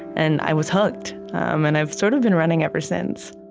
and i was hooked, and i've sort of been running ever since